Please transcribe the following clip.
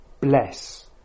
bless